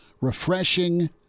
refreshing